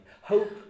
Hope